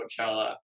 Coachella